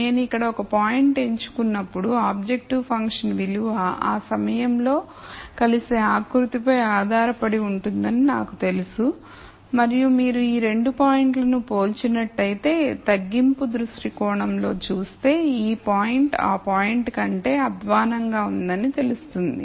నేను ఇక్కడ ఒక పాయింట్ ఎంచుకున్నప్పుడు ఆబ్జెక్టివ్ ఫంక్షన్ విలువ ఆ సమయంలో కలిసే ఆకృతిపై ఆధారపడి ఉంటుందని నాకు తెలుసు మరియు మీరు ఈ 2 పాయింట్లను పోల్చినట్లయితే తగ్గింపు దృష్టికోణంలో చూస్తే ఈ పాయింట్ ఆ పాయింట్ కంటే అధ్వాన్నంగా ఉందని తెలుస్తుంది